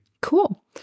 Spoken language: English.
Cool